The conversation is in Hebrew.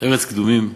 ארץ קדומים.